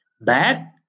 Bad